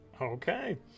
Okay